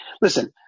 listen